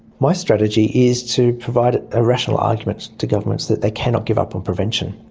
my strategy is to provide a rational argument to governments, that they cannot give up on prevention.